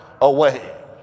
away